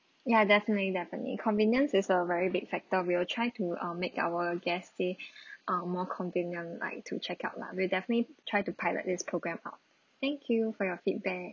ya definitely definitely convenience is a very big factor we will try to um make our guests stay um more convenient like to check out lah we'll definitely try to pilot this program out thank you for your feedback